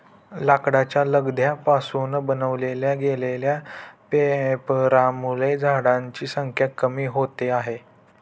लाकडाच्या लगद्या पासून बनवल्या गेलेल्या पेपरांमुळे झाडांची संख्या कमी होते आहे